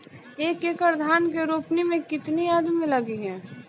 एक एकड़ धान के रोपनी मै कितनी आदमी लगीह?